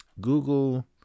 Google